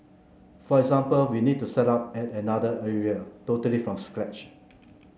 for example we need to set up at another area totally from scratch